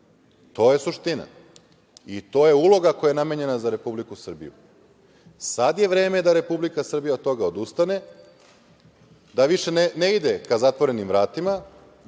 To je suština i to je uloga koja je namenjena za Republiku Srbiju. Sada je vreme da Republika Srbija od toga odustane, da više ne ide ka zatvorenim vratima